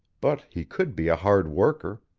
but he could be a hard worker,